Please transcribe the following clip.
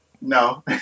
no